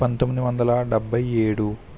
పంతొమ్మిది వందల డెబ్బై ఏడు